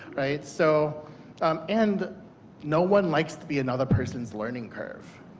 so um and no one likes to be another person's learning curve.